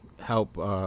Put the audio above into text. help